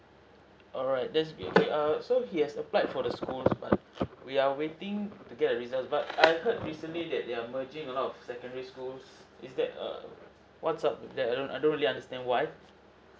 alright that's good err so he has applied for the school but we are waiting to get a result but I've heard recently that they are merging a lot of secondary school is that err what's up with that I don't I don't really understand why